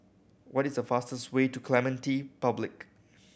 what is the fastest way to Clementi Public